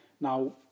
Now